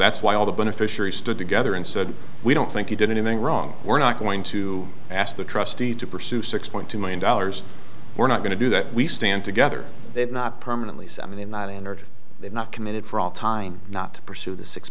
that's why all the beneficiaries stood together and said we don't think you did anything wrong we're not going to ask the trustee to pursue six point two million dollars we're not going to do that we stand together they've not permanently so i mean not entered they've not committed for all time not to pursue the six